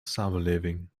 samenleving